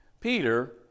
Peter